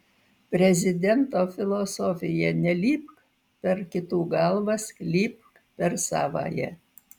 prezidento filosofija nelipk per kitų galvas lipk per savąją